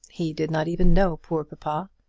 he did not even know poor papa.